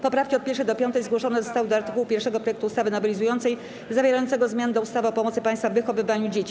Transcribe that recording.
Poprawki od 1. do 5. zgłoszone zostały do art. 1 projektu ustawy nowelizującej zawierającego zmiany do ustawy o pomocy państwa w wychowywaniu dzieci.